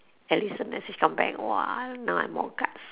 at least sometimes sis come back !wah! now I more guts